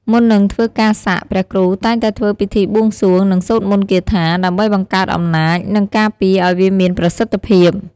មុននឹងធ្វើការសាក់ ព្រះគ្រូតែងតែធ្វើពិធីបួងសួង និងសូត្រមន្តគាថា ដើម្បីបង្កើតអំណាច និងការពារអោយវាមានប្រសិទ្ធភាព។